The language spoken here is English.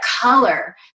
color